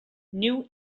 new